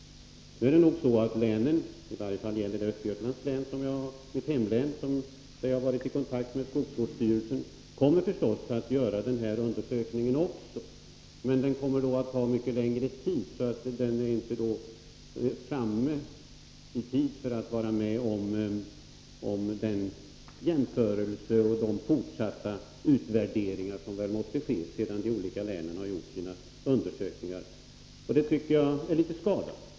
Länen, i varje fall Östergötlands län, som är mitt hemlän och där jag haft kontakt med skogsvårdsstyrelsen, kommer förstås också göra en undersökning, men den kommer att ta så mycket längre tid att den inte är framme i tid för att vara med i den jämförelse och i de fortsatta utvärderingar som måste ske sedan de olika länen gjort sina undersökningar. Jag tycker att det är litet skadligt.